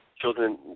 children